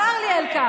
צר לי על כך.